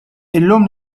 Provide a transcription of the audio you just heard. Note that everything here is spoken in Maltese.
illum